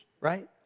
right